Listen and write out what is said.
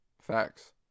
Facts